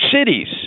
cities